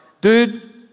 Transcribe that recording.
dude